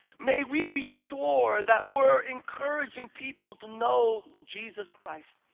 may we be sure that we're encouraging people to know jesus christ.